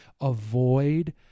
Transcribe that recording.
avoid